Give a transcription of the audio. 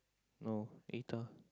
no eh later